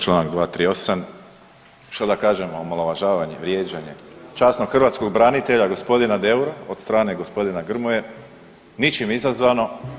Članak 238., šta da kažem omalovažanje, vrijeđanje časnog hrvatskog branitelja gospodina Deura od strane gospodina Grmoje, ničim izazvano.